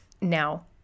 Now